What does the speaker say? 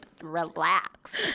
relax